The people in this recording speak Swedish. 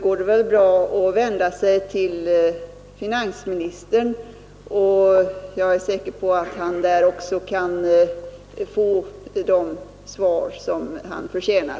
går det bra att vända sig till finansministern. Jag är säker på att herr Romanus av finansministern kan få det svar han förtjänar.